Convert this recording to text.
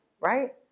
right